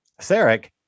Sarek